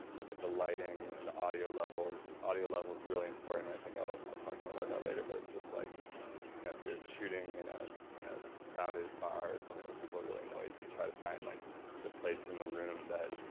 look at the lighting and the audio levels, audio levels really important i think, i'll i'll talk more about that later, but its just like you know yeah if you're shooting in ah in a crowded bar or something where people are really noisy, you try to find like the place in the room that